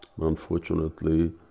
Unfortunately